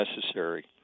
necessary